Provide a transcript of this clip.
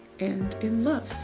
and in love.